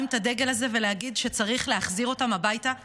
את הדגל הזה ולהגיד שצריך להחזיר אותם הביתה ומייד.